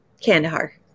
Kandahar